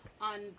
on